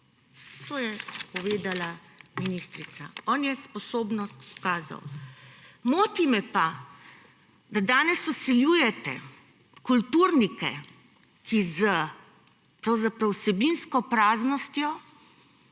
To je povedala ministrica. On je sposobnost pokazal. Moti me pa, da danes vsiljujete kulturnike, ki pravzaprav z vsebinsko praznostjo